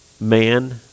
man